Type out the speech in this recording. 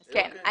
כן.